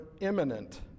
imminent